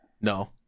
No